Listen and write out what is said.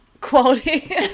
quality